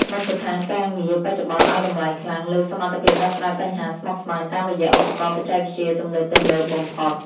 មជ្ឈដ្ឋានការងារបច្ចុប្បន្នឱ្យតម្លៃខ្លាំងលើសមត្ថភាពដោះស្រាយបញ្ហាស្មុគស្មាញតាមរយៈឧបករណ៍បច្ចេកវិទ្យាទំនើបៗបំផុត។